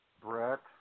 Brett